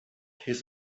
his